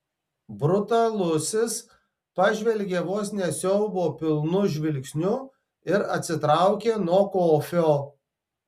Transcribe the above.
brutalusis pažvelgė vos ne siaubo pilnu žvilgsniu ir atsitraukė nuo kofio